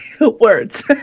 Words